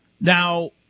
Now